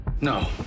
No